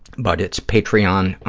but it's patreon.